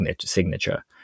signature